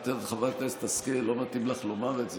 חברת הכנסת השכל, לא מתאים לך לומר את זה,